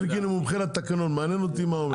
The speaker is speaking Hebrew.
אלקין מומחה לתקנון מעניין אותי מה הוא אומר.